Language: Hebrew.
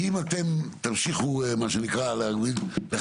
כי אם אתם תמשיכו מה שנקרא לחכות,